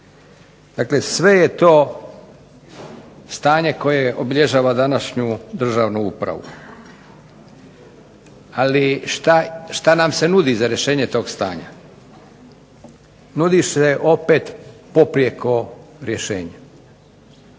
Dakle sve je to stanje koje obilježava današnju državnu upravu. Ali šta nam se nudi za rješenje tog stanja? Nudi se opet poprijeko rješenje.